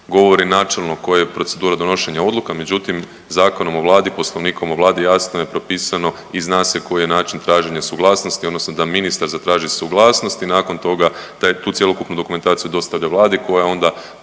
govori načelno koja je procedura donošenja odluka, međutim Zakonom o Vladi, Poslovnikom o Vladi jasno je propisano i zna se koji je način traženja suglasnosti, odnosno da ministar zatraži suglasnost i nakon toga tu cjelokupnu dokumentaciju dostavlja Vladi koja ona,